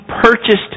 purchased